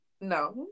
No